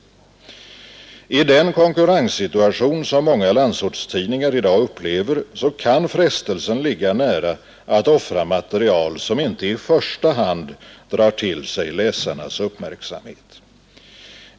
I den konkurrenssituation, som många landsortstidningar i dag upplever, kan frestelsen ligga nära att offra material, som inte i första hand drar till sig läsarnas uppmärksamhet.